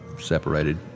separated